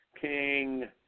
king